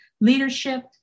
leadership